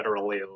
federally